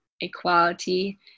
equality